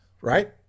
Right